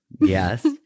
yes